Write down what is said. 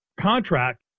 contract